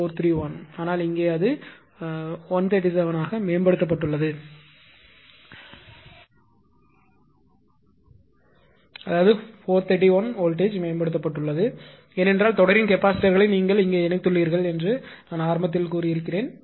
95431 ஆனால் இங்கே அது 137 ஆக மேம்படுத்தப்பட்டுள்ளது அதாவது 431 வோல்டேஜ்மேம்படுத்தப்பட்டுள்ளது ஏனென்றால் தொடரின் கெப்பாசிட்டர்களை நீங்கள் இங்கே இணைத்துள்ளீர்கள் என்று ஆரம்பத்தில் சொன்னேன்